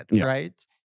right